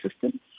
system